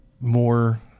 more